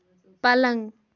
پلنٛگ